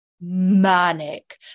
manic